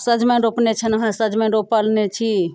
सजमनि रोपने छलहुँ हँ सजमनि रोपने छी